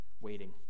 waiting